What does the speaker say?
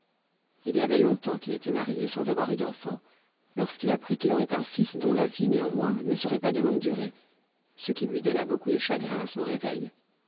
il y avait longtemps qu'il était marié sans avoir eu d'enfants lorsqu'il apprit qu'il aurait un fils dont la vie néanmoins ne serait pas de longue durée ce qui lui donna beaucoup de chagrin à son réveil